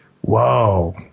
Whoa